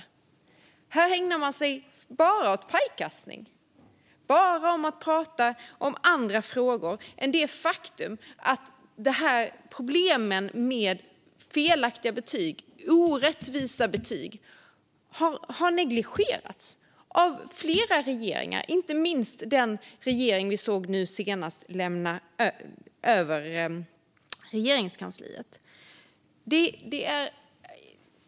Man ägnar sig bara åt pajkastning och åt att prata om andra frågor än det faktum att problemen med felaktiga och orättvisa betyg har negligerats av flera regeringar, inte minst den regering som vi senast såg lämna över Regeringskansliet.